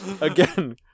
Again